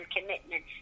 commitment